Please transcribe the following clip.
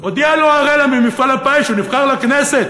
הודיעה לו אראלה ממפעל הפיס שהוא נבחר לכנסת,